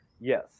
Yes